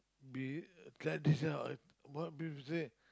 be it uh like this ah what people said